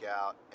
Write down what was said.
out